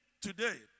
today